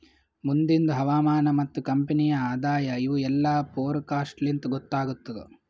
ಮುಂದಿಂದ್ ಹವಾಮಾನ ಮತ್ತ ಕಂಪನಿಯ ಆದಾಯ ಇವು ಎಲ್ಲಾ ಫೋರಕಾಸ್ಟ್ ಲಿಂತ್ ಗೊತ್ತಾಗತ್ತುದ್